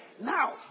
Now